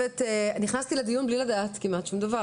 אני נכנסתי לדיון בלי לדעת כמעט שום דבר,